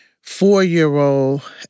four-year-old